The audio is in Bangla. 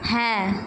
হ্যাঁ